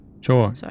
Sure